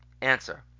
Answer